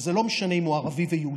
וזה לא משנה אם הוא ערבי או יהודי,